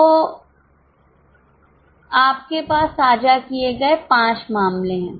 तो के पास साझा किए गए पांच मामले हैं